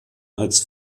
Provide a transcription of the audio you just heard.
als